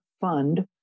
fund